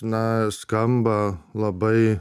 na skamba labai